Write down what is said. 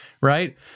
right